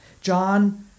John